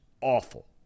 awful